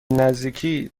نزدیکی